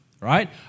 right